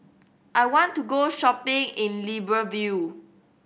I want to go shopping in Libreville